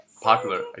Popular